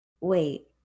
wait